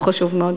הוא חשוב מאוד.